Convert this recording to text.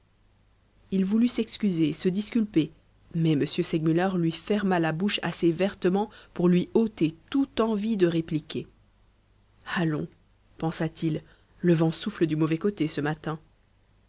il voulut s'excuser se disculper mais m segmuller lui ferma la bouche assez vertement pour lui ôter toute envie de répliquer allons pensa-t-il le vent souffle du mauvais côté ce matin